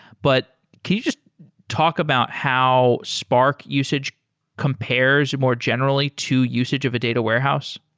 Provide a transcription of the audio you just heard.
but can you just talk about how spark usage compares more generally to usage of a data warehouse?